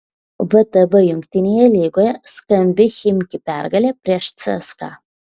vtb jungtinėje lygoje skambi chimki pergalė prieš cska